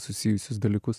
susijusius dalykus